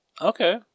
Okay